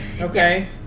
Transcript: Okay